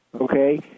okay